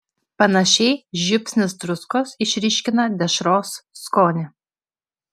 panašiai žiupsnis druskos išryškina dešros skonį